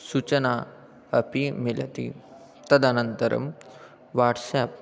सूचना अपि मिलति तदनन्तरं वाट्साप्